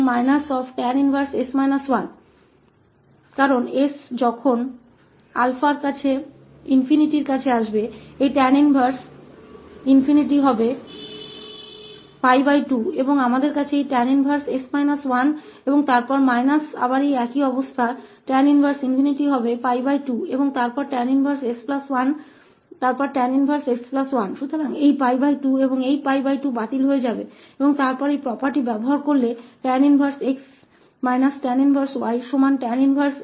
क्योंकि जब 𝑠 दृष्टिकोण को ∞ इस tan 1 𝜋2 हो जाएगा और हमारे पास है tan 1 और उसके बाद माइनस से फिर से एक ही स्थिति tan 1 𝜋2 हो जाएगा फिर tan 1s1 तो यह 𝜋2 और 𝜋2रद्द हो जाएगा और फिर इस गुण का उपयोग करके tan 1x tan 1y बराबर है tan 1xy1xy के